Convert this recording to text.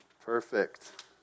Perfect